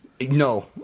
no